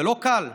ולא קל,